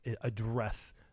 address